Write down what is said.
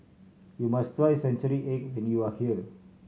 you must try century egg when you are here